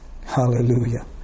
Hallelujah